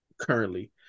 currently